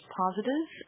positive